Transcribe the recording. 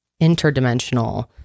interdimensional